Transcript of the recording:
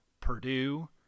Purdue